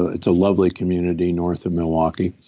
it's a lovely community north of milwaukee.